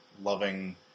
loving